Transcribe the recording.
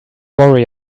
worry